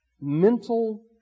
mental